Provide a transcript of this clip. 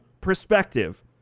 perspective